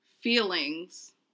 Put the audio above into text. feelings